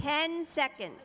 ten second